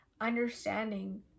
understanding